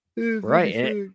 Right